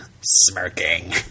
smirking